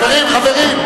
חברים,